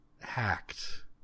Hacked